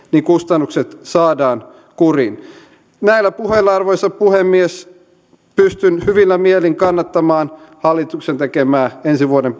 kustannukset saadaan kuriin näillä puheilla arvoisa puhemies pystyn hyvillä mielin kannattamaan hallituksen tekemää ensi vuoden